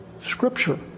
scripture